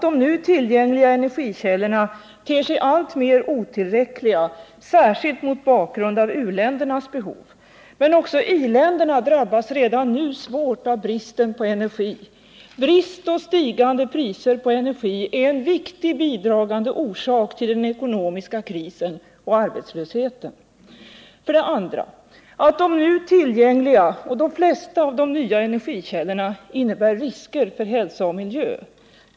De nu tillgängliga energikällorna ter sig alltmer otillräckliga, särskilt mot bakgrund av u-ländernas behov. Men också i-länderna drabbas redan nu svårt av bristen på energi. Brist och stigande priser på energi är en viktig bidragande orsak till den ekonomiska krisen och arbetslösheten. 2. De nu tillgängliga och de flesta av de nya energikällorna innebär risker för hälsa och miljö.